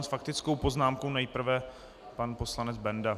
S faktickou poznámkou nejprve pan poslanec Benda.